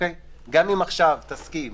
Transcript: גם אם תסכים